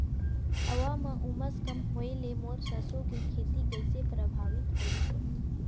हवा म उमस कम होए ले मोर सरसो के खेती कइसे प्रभावित होही ग?